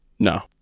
No